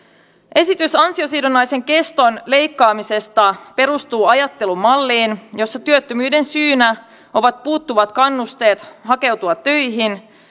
esitys ansiosidonnaisen keston leikkaamisesta perustuu ajattelumalliin jossa työttömyyden syynä ovat puuttuvat kannusteet hakeutua töihin